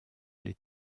les